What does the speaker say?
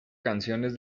canciones